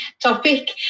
topic